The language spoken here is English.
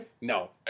No